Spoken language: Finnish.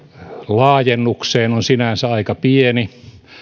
laajennukseen on sinänsä aika pieni